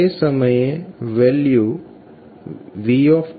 તો તે સમયે વેલ્યુ v0